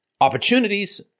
opportunities